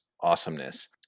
awesomeness